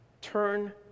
Turn